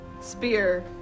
spear